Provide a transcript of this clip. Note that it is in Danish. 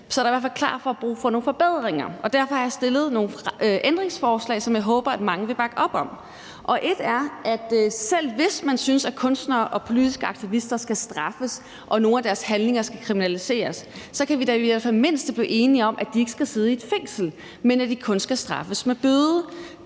så er der i hvert fald klart brug for nogle forbedringer, og derfor har jeg stillet nogle ændringsforslag, som jeg håber at mange vil bakke op om. Et af dem handler om, at selv hvis man synes, at kunstnere og politiske aktivister skal straffes og nogle af deres handlinger skal kriminaliseres, så burde vi da i det mindste kunne blive enige om, at de ikke skal sidde i et fængsel, men at de kun skal straffes med bøde.